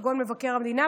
כגון מבקר המדינה,